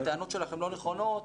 הטענות שלכם לא נכונות,